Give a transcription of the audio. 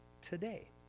Today